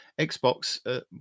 Xbox